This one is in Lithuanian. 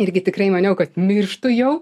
irgi tikrai maniau kad mirštu jau